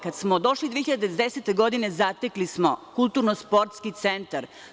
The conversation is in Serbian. Kada smo došli 2010. godine zatekli smo kulturno-sportski centar.